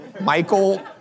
Michael